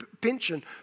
pension